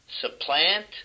supplant